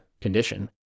condition